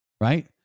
right